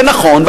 ונכון,